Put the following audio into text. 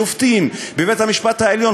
שופטים בבית-המשפט העליון,